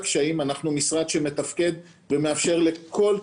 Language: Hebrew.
תלויה לא רק בנו ולא רק בנהגים ולא רק באנשים עם